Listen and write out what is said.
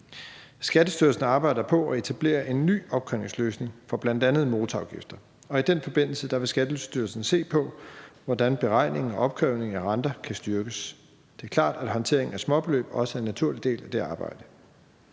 Skattestyrelsen arbejder på at etablere en ny opkrævningsløsning for bl.a. motorafgifter, og i den forbindelse vil Skattestyrelsen se på, hvordan beregningen og opkrævningen af renter kan styrkes. Det er klart, at håndteringen af småbeløb også er en naturlig del af det arbejde.